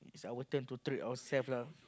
is our turn to treat ourselves lah